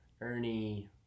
Ernie